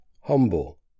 humble